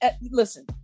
Listen